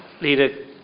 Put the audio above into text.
Leader